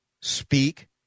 speak